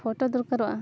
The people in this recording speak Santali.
ᱯᱷᱳᱴᱳ ᱫᱚᱨᱠᱟᱨᱚᱜᱼᱟ